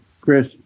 Chris